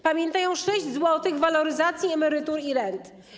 Pamiętają 6 zł waloryzacji emerytur i rent.